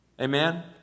Amen